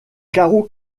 carreau